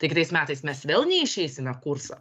tai kitais metais mes vėl neišeisime kurso